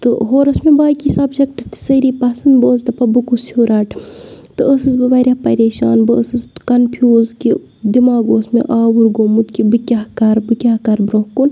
تہٕ ہورٕ ٲس مےٚ باقٕے سَبجیٚکٹہٕ تہِ سٲری پَسنٛد بہٕ ٲسٕس دَپان بہٕ کُس ہیوٗ رَٹہٕ تہٕ ٲسٕس بہٕ واریاہ پریشان بہٕ ٲسٕس کَنفیوٗز کہِ دِماغ اوٗس مےٚ آوُر گوٚمُت کہِ بہٕ کیاہ کَرٕ بہٕ کیاہ کَرٕ برٛونٛہہ کُن